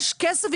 יש כסף,